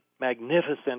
magnificent